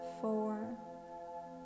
four